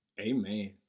Amen